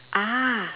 ah